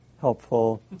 helpful